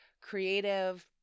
creative